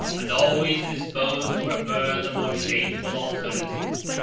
and always disposed to prefer the more shameful alternative.